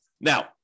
Now